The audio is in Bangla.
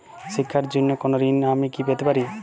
শিক্ষার জন্য কোনো ঋণ কি আমি পেতে পারি?